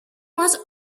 was